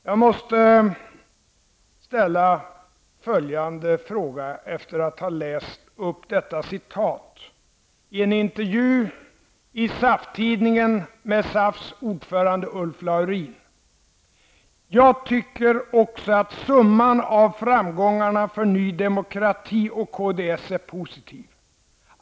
Jag skall läsa upp ett citat från en intervju i SAF tidningen med SAFs ordförande Ulf Laurin: Jag tycker också att summan av framgångarna för Ny demokrati och kds är positiv.